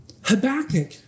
Habakkuk